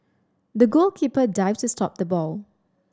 the goalkeeper dived to stop the ball